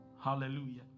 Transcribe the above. Hallelujah